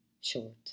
short